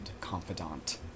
confidant